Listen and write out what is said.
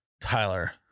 Tyler